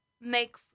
make